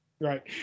Right